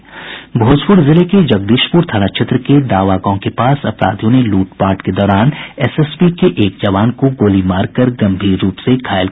भोजपुर जिले के जगदीशपुर थाना क्षेत्र के दावा गांव के पास अपराधियों ने लूटपाट के दौरान एसएसबी के एक जवान को गोली मारकर गंभीर रूप से घायल कर दिया